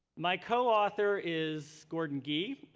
my co-author is gordon gee.